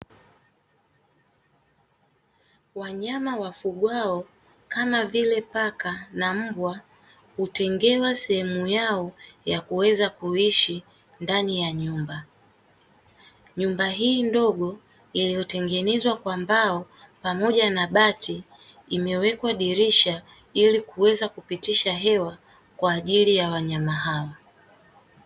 Wanyama wafugwao kama vile paka na mbwa, hutengewa sehemu yao ya kuweza kuishi ndani ya nyumba. Nyumba hii ndogo iliyotengenezwa kwa mbao pamoja na bati imewekwa dirisha ili kuweza kupitisha hewa kwa ajili ya wanyama hao.